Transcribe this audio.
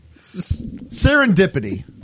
Serendipity